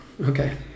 Okay